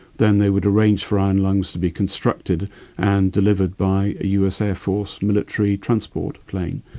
then they would arrange for iron lungs to be constructed and delivered by a us air force military transport plane.